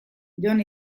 jon